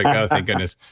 yeah oh thank goodness.